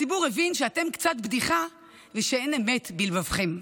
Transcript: הציבור הבין שאתם קצת בדיחה ושאין אמת בלבבכם.